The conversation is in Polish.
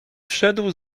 wszedł